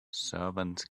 servants